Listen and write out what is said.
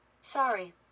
Sorry